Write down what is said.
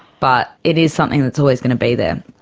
but it is something that's always going to be there.